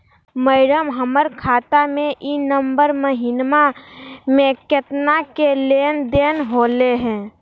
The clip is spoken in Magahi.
मैडम, हमर खाता में ई नवंबर महीनमा में केतना के लेन देन होले है